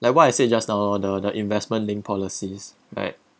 like what I said just now lor the the investment linked policies right